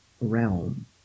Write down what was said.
realm